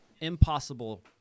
impossible